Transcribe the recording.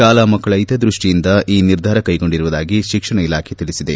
ಶಾಲಾ ಮಕ್ಕಳ ಹಿತದೃಷ್ಟಿಯಿಂದ ಈ ನಿರ್ಧಾರ ಕೈಗೊಂಡಿರುವುದಾಗಿ ಶಿಕ್ಷಣ ಇಲಾಖೆ ತಿಳಿಸಿದೆ